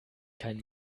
keinen